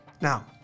Now